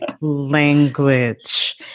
language